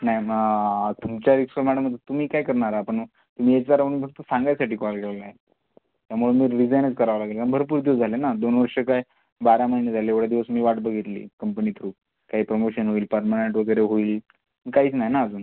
नाही मग तुमच्या इक्सं मॅडम तुम्ही काय करणार आहात पण मग तुम्ही इथं राहून फक्त सांगण्यासाठी कॉल केला आहे त्यामुळं मी रिझाईनच करावं लागेल कारण भरपूर दिवस झाले ना दोन वर्षं काय बारा महिने झाले एवढे दिवस मी वाट बघितली कंपनी थ्रू काही प्रमोशन होईल पर्मनंट वगैरे होईल काहीच नाही ना अजून